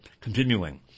Continuing